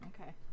okay